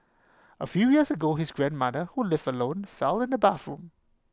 A few years ago his grandmother who lived alone fell in the bathroom